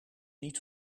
niet